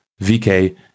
VK